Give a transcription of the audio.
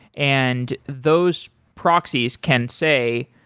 and those proxies can say,